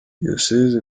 diyosezi